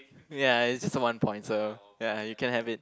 ya it's just a one point so ya you can have it